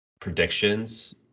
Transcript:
predictions